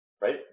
right